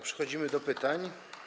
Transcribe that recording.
Przechodzimy do pytań.